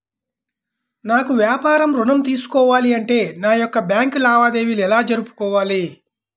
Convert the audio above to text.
నాకు వ్యాపారం ఋణం తీసుకోవాలి అంటే నా యొక్క బ్యాంకు లావాదేవీలు ఎలా జరుపుకోవాలి?